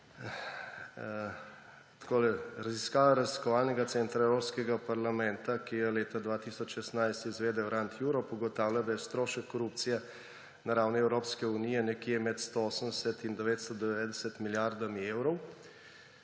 Takole: raziskava Raziskovalnega centra Evropskega parlamenta, ki jo je leta 2016 izvedel RAND Europe, ugotavlja, da je strošek korupcije na ravni Evropske unije nekje med 180 in 990 milijardami evrov;